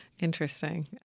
Interesting